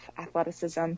athleticism